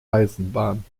eisenbahn